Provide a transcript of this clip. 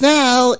now